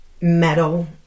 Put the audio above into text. metal